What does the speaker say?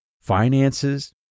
finances